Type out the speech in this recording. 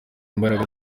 imbaraga